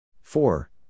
four